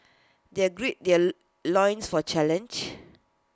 they gird their loins for challenge